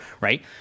right